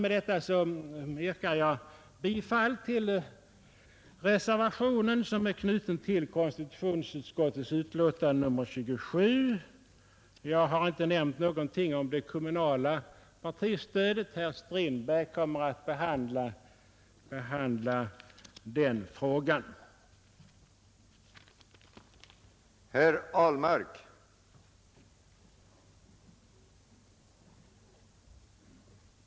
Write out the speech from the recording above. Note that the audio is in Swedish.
Med detta yrkar jag bifall till reservationen som är knuten till konstitutionsutskottets betänkande nr 27. Jag har inte nämnt någonting om det kommunala partistödet. Herr Strindberg kommer att behandla den frågan från vårt håll.